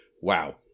wow